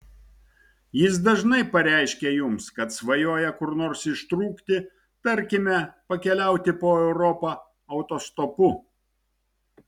jis dažnai pareiškia jums kad svajoja kur nors ištrūkti tarkime pakeliauti po europą autostopu